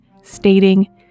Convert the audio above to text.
stating